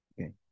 Okay